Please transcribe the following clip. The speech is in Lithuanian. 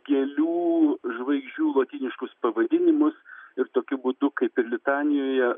gėlių žvaigždžių lotyniškus pavadinimus ir tokiu būdu kaip ir litanijoje